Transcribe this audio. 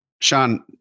Sean